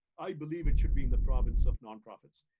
i believe it should be in the province of nonprofits.